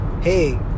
Hey